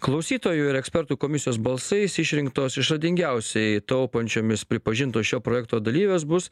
klausytojų ir ekspertų komisijos balsais išrinktos išradingiausiai taupančiomis pripažintos šio projekto dalyvės bus